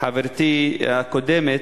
הקודמת